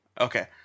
Okay